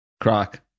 Croc